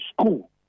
school